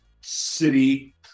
city